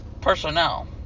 personnel